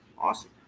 Awesome